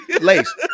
Lace